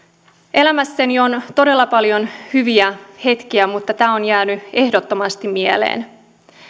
elämässäni on todella paljon hyviä hetkiä mutta tämä on jäänyt ehdottomasti mieleen